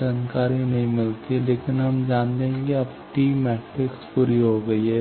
जानकारी नहीं मिलती है लेकिन हम जानते हैं कि अब टी मैट्रिक्स पूरी हो गई है